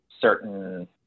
certain